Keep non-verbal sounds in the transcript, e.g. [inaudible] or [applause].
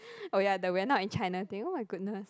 [breath] oh ya the we are not in China thing !oh my goodness!